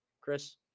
Chris